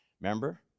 Remember